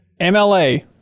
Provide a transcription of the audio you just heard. MLA